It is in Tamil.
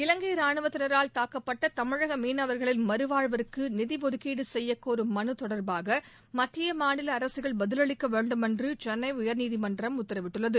இலங்கை ராணுவத்தினரால் தாக்கப்பட்ட தமிழக மீனவர்களின் மறுவாழ்வுக்கு நிதி ஒதுக்கீடு செய்யக்கோரும் மனு தொடர்பாக மத்திய மாநில அரசுகள் பதிலளிக்க வேண்டுமென்று சென்ளை உயர்நீதிமன்றம் உத்தரவிட்டுள்ளது